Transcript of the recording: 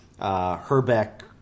Herbeck